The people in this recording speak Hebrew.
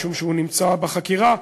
משום שהיא נמצאת בחקירה.